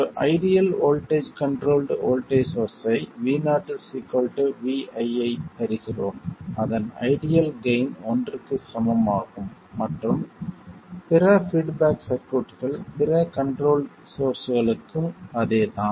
ஒரு ideal voltage controlled voltage சோர்ஸ்ஸை Vo Vi ஐப் பெறுகிறோம் அதன் ஐடியல் கெய்ன் ஒன்றுக்கு சமம் ஆகும் மற்றும் பிற பீட்பேக் சர்க்யூட்கள் பிற கண்ட்ரோல்ட் சோர்ஸ்களுக்கு அதேதான்